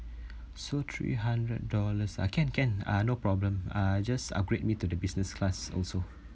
so three hundred dollars ah can can uh no problem uh just upgrade me to the business class also